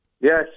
Yes